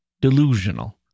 delusional